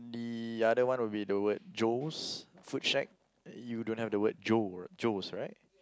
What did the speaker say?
the other one would be the word Joe's food shack you don't have the word Joe Joe's right